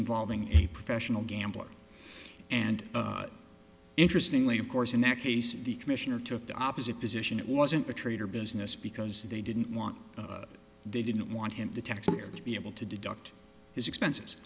involving a professional gambler and interestingly of course in that case the commissioner took the opposite position it wasn't a trade or business because they didn't want they didn't want him the taxpayer to be able to deduct his expens